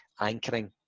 anchoring